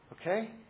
Okay